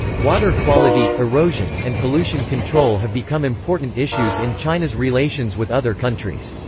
water quality, erosion, and pollution control have become important issues in china's relations with other countries.